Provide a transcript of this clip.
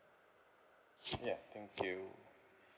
ya thank you